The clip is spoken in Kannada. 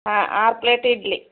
ಹಾಂ ಆರು ಪ್ಲೇಟ್ ಇಡ್ಲಿ